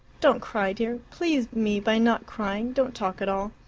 don't cry, dear please me by not crying don't talk at all.